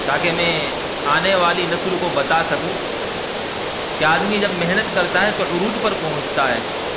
تاکہ میں آنے والی نسل کو بتا سکوں کہ آدمی جب محنت کرتا ہے تو عروج پر پہنچتا ہے